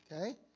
okay